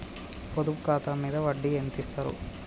పొదుపు ఖాతా మీద వడ్డీ ఎంతిస్తరు?